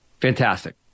Fantastic